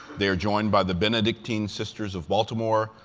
they are joined by the benedictine sisters of baltimore,